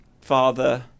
father